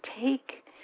take